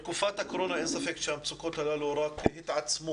בתקופת הקורונה אין ספק שהמצוקות הללו רק התעצמו